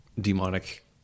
demonic